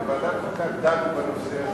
בוועדת החוקה דנו בנושא הזה,